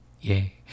Yay